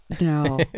No